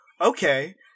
okay